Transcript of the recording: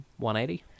180